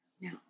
Now